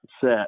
set